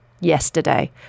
yesterday